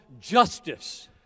justice